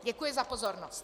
Děkuji za pozornost.